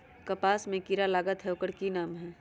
कपास में जे किरा लागत है ओकर कि नाम है?